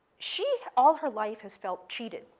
she, all her life, has felt cheated.